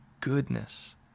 goodness